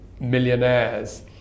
millionaires